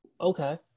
okay